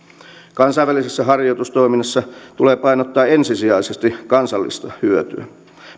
kansainvälisessä harjoitustoiminnassa tulee painottaa ensisijaisesti kansallista hyötyä